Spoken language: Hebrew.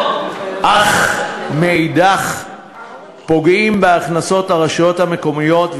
אך מנגד פוגעים בהכנסות הרשויות המקומיות,